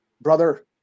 brother